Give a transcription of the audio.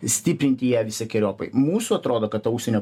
stiprinti ją visokeriopai mūsų atrodo kad ta užsienio